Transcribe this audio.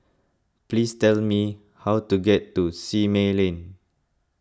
please tell me how to get to Simei Lane